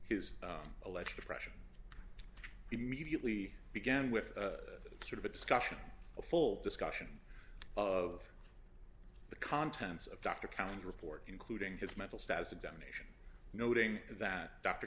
his alleged depression immediately began with sort of a discussion a full discussion of the contents of dr cound report including his mental status examination noting that dr